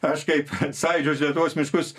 aš kaip sąjūdžio už lietuvos miškus